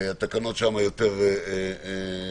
התקנות שם יותר ברורות.